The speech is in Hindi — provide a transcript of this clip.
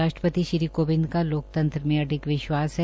राष्ट्रपति श्री कोविंद का लोकतंत्र में अडिग विश्वास है